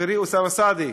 חברי אוסאמה סעדי,